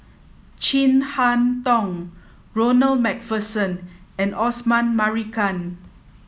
Chin Harn Tong Ronald MacPherson and Osman Merican